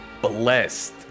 blessed